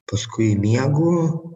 paskui miegu